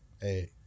hey